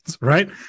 right